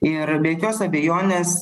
ir be jokios abejonės